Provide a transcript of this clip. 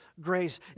grace